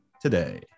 today